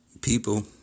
People